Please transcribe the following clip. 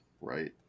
Right